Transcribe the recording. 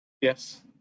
Yes